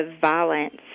violence